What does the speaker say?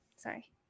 Sorry